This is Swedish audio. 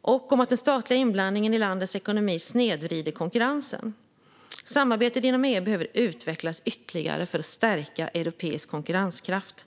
och om att den statliga inblandningen i landets ekonomi snedvrider konkurrensen. Samarbetet inom EU behöver utvecklas ytterligare för att stärka europeisk konkurrenskraft.